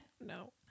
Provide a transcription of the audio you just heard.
No